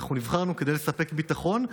אנחנו נבחרנו כדי לספק ביטחון,